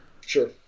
Sure